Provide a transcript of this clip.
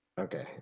Okay